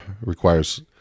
requires